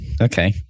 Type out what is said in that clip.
okay